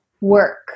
work